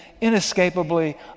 inescapably